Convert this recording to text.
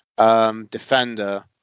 Defender